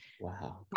Wow